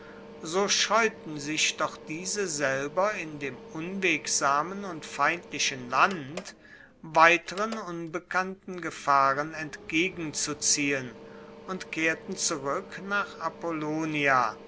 so scheuten sich doch diese selber in dem unwegsamen und feindlichen land weiteren unbekannten gefahren entgegenzuziehen und kehrten zurueck nach apollonia